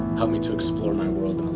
helped me to explore my world.